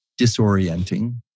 disorienting